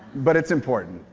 but it's important,